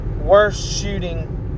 worst-shooting